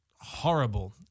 horrible